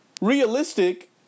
Realistic